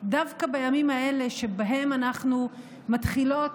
דווקא בימים האלה שבהם אנחנו מתחילות